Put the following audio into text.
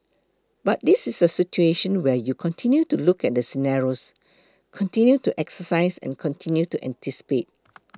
but this is a situation where you continue to look at the scenarios continue to exercise and continue to anticipate